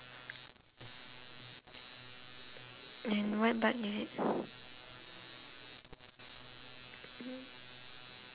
and what bike is it